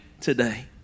today